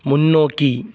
முன்னோக்கி